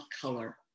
color